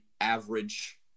average